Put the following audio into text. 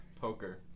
Poker